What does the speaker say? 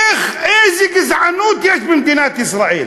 איזו גזענות יש במדינת ישראל?